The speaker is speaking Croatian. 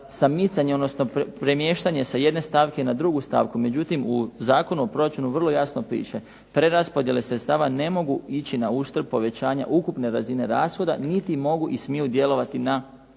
sa micanjem odnosno premještanje s jedne stavke na drugu stavke, međutim u Zakonu o proračunu vrlo jasno piše "Preraspodjele sredstava ne mogu ići na uštrb povećanja ukupne razine rashoda niti mogu i smiju djelovati na